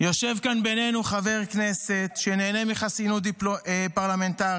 יושב כאן בינינו חבר כנסת שנהנה מחסינות פרלמנטרית,